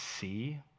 see